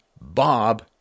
Bob